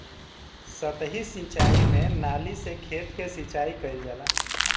सतही सिंचाई में नाली से खेत के सिंचाई कइल जाला